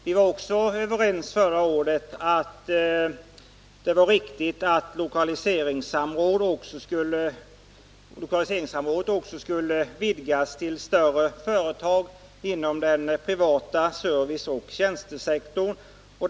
Vi var också förra året överens om att det var riktigt att lokaliseringssamrådet skulle vidgas till större företag inom den privata serviceoch tjänstesektorn.